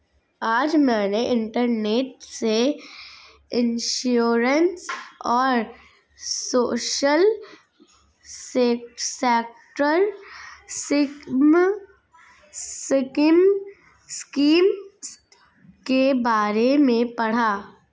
आज मैंने इंटरनेट से इंश्योरेंस और सोशल सेक्टर स्किम के बारे में पढ़ा